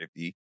50